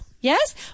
yes